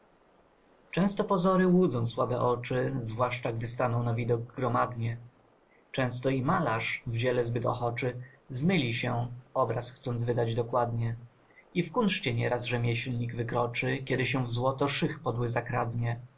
często pozory łudzą słabe oczy zwłaszcza gdy staną na widok gromadnie często i malarz w dziele zbyt ochoczy zmyli się obraz chcąc wydać dokładnie i w kunszcie nie raz rzemieślnik wykroczy kiedy się w złoto szych podły zakradnie